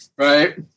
Right